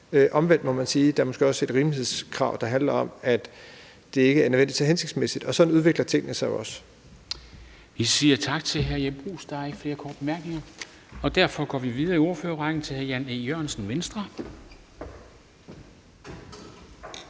Omvendt må man sige, at der måske også er et rimelighedskrav, der handler om, at det ikke nødvendigvis er hensigtsmæssigt, og sådan udvikler tingene sig jo også.